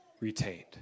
retained